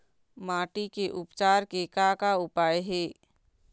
माटी के उपचार के का का उपाय हे?